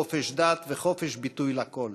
חופש דת וחופש ביטוי לכול,